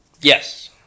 Yes